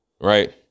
Right